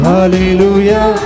Hallelujah